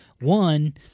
one –